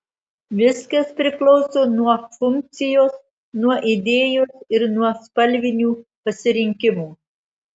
viskas priklauso nuo funkcijos nuo idėjos ir nuo spalvinių pasirinkimų